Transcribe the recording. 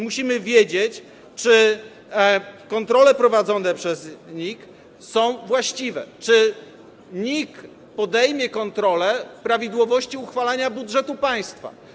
Musimy wiedzieć, czy kontrole prowadzone przez NIK są właściwe, czy NIK podejmie kontrolę, jeśli chodzi o prawidłowość uchwalania budżetu państwa.